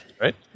Right